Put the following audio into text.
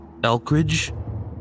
Elkridge